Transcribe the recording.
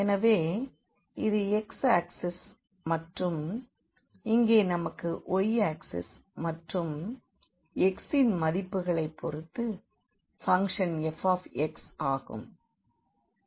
எனவே இது x axis மற்றும் இங்கே நமக்கு y ஆக்ஸிஸ் மற்றும் x இன் மதிப்புகளை பொறுத்து பங்க்ஷன் f ஆகும்